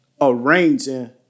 arranging